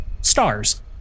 stars